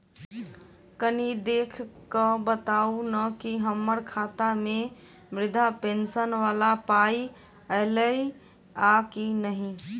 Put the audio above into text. कनि देख कऽ बताऊ न की हम्मर खाता मे वृद्धा पेंशन वला पाई ऐलई आ की नहि?